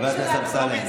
חבר הכנסת אמסלם.